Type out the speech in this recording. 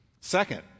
Second